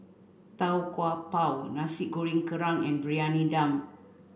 Tau Kwa Pau Nasi Goreng Kerang and Briyani Dum